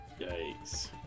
Yikes